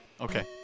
Okay